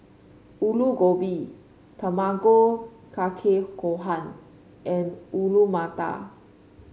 Alu Gobi Tamago Kake Gohan and Alu Matar